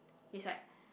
he's like